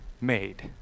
made